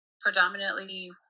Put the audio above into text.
predominantly